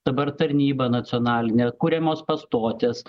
dabar tarnybą nacionalinę kuriamos pastotės